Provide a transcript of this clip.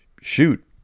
shoot